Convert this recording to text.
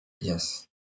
Yes